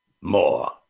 more